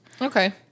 Okay